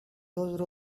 those